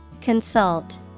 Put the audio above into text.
Consult